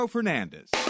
Fernandez